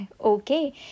Okay